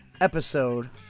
episode